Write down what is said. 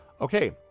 Okay